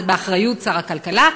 זה באחריות שר הכלכלה,